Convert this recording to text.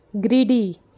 Greedy